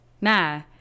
Nah